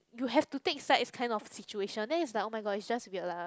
you have to take sides kind of situation then is like oh-my-god is just weird lah